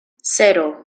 cero